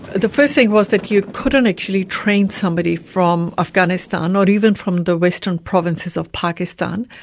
the first thing was that you couldn't actually train somebody from afghanistan, or even from the western provinces of pakistan,